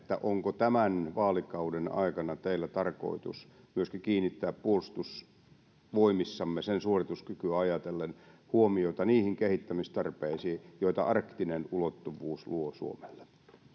onko tämän vaalikauden aikana teidän tarkoitus kiinnittää puolustusvoimissamme sen suorituskykyä ajatellen huomiota myöskin niihin kehittämistarpeisiin joita arktinen ulottuvuus luo suomelle